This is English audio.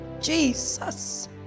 Jesus